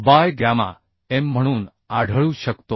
bye gamma M म्हणून आढळू शकतो